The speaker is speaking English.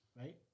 Right